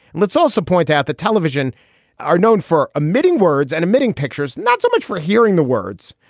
let's also point out that television are known for omitting words and omitting pictures. not so much for hearing the words.